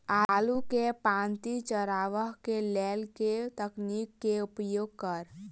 आलु केँ पांति चरावह केँ लेल केँ तकनीक केँ उपयोग करऽ?